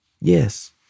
Yes